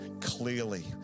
clearly